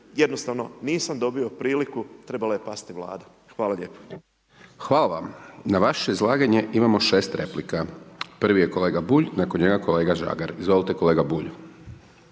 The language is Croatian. jednostavno nisam dobio priliku, trebala je pasti Vlada. Hvala lijepo. **Hajdaš Dončić, Siniša (SDP)** Hvala vam. Na vaše izlaganje imamo 6 replika, prvi je kolega Bulj, nakon njega kolega Žagar. Izvolite, kolega Bulj.